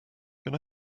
can